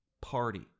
party